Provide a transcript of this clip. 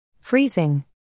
Freezing